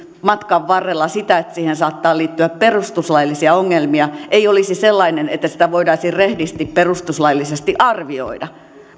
matkan varrella sitä että siihen saattaa liittyä perustuslaillisia ongelmia ei olisi sellainen ettei sitä voitaisi rehdisti perustuslaillisesti arvioida